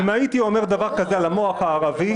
אם הייתי אומר דבר כזה על המוח הערבי,